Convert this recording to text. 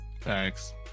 Thanks